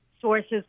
sources